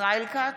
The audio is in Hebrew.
ישראל כץ,